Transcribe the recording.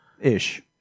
ish